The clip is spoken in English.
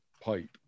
pipe